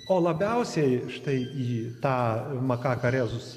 o labiausiai štai į tą makaką rezus